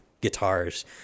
guitars